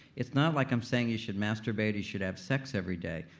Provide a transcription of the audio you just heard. it's not like i'm saying you should masturbate, you should have sex every day.